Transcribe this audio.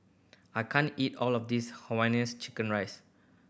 I can't eat all of this Hainanese chicken rice